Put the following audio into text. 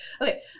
okay